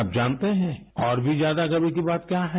आप जानते हैं और भी ज्यादा गर्व की बात क्या है